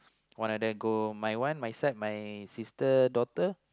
all like that go my son my sister daughter